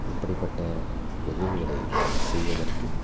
இப்படிப்பட்ட உதவிகளை செய்வதற்கு